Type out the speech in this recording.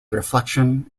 reflection